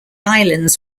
islands